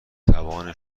توان